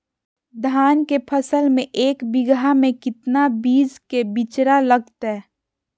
धान के फसल में एक बीघा में कितना बीज के बिचड़ा लगतय?